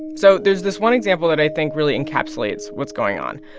so there's this one example that i think really encapsulates what's going on.